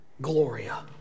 Gloria